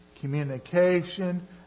communication